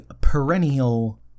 perennial